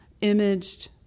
imaged